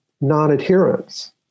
non-adherence